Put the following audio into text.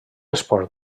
esport